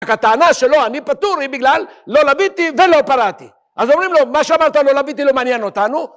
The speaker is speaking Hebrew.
הטענה שלו, אני פטור, היא בגלל לא לוויתי ולא פרעתי. אז אומרים לו, מה שאמרת לא לוויתי לא מעניין אותנו...